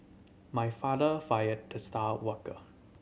my father fired the star worker